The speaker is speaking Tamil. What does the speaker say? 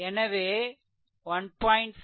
எனவே 1